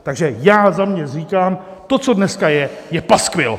Takže já za sebe říkám: To, co dneska je, je paskvil!